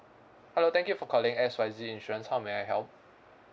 hello thank you for calling X Y Z insurance how may I help